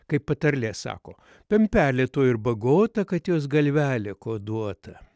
kaip patarlė sako pempelė tuo ir bagota kad jos galvelė kuoduota